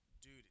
dude